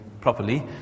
properly